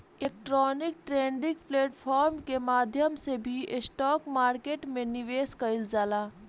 electronic trading platform के माध्यम से भी स्टॉक मार्केट में निवेश कईल जाला